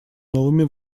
новыми